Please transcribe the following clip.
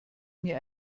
mir